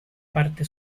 parte